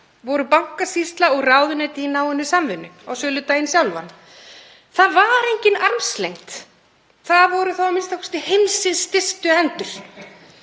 voru Bankasýsla og ráðuneyti í náinni samvinnu, á söludaginn sjálfan. Það var engin armslengd, það voru a.m.k. heimsins stystu hendur.